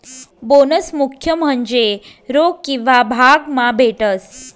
bonus मुख्य म्हन्जे रोक किंवा भाग मा भेटस